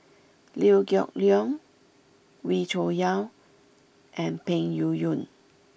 Liew Geok Leong Wee Cho Yaw and Peng Yuyun